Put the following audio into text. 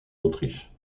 autriche